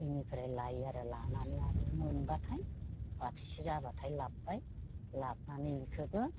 बेनिफ्राय लायो आरो लानानै आरो मोनबाथाय बाथिसे जाबाथाय लाबोबाय लाबोनानै बेखौबो